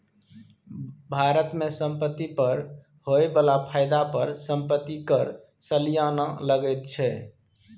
भारत मे संपत्ति पर होए बला फायदा पर संपत्ति कर सलियाना लगैत छै